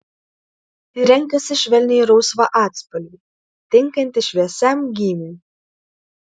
ji renkasi švelniai rausvą atspalvį tinkantį šviesiam gymiui